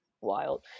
wild